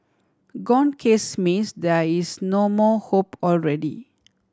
gone case means there is no more hope already